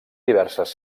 diverses